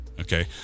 Okay